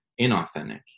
inauthentic